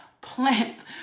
plant